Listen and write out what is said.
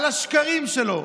על השקרים שלו,